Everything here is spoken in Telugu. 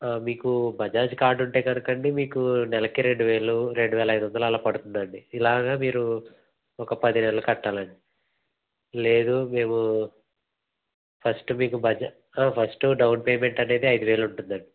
ఆ మీకు బజాజ్ కార్డు ఉంటే కనుక అండి మీకు నెలకు మీకు రెండు వేలు రెండు వేల ఐదు వందలు అలా పడుతుంది అండి ఇలాగ మీరు ఒక్క పది నెలలు కట్టాలి అండి లేదు మేము ఫస్ట్ మీకు బజాజ్ ఫస్ట్ డౌన్ పేమెంట్ అనేది అయిదు వేలు ఉంటుంది అండి